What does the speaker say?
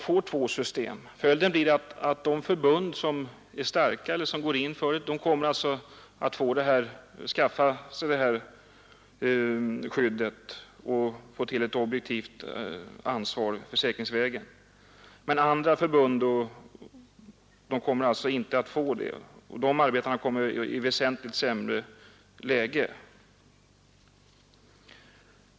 Följden blir att de fackförbund som är starka eller som går in för saken skaffar det här skyddet för sina medlemmar, medan de som tillhör andra förbund kommer i ett väsentligt sämre läge.